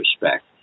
respect